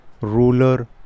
ruler